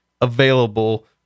available